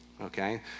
okay